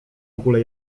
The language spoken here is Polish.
ogóle